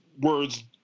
words